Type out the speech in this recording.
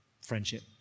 friendship